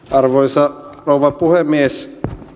arvoisa rouva puhemies